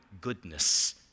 goodness